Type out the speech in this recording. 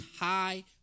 high